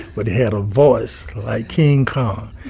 had had a voice like king kong.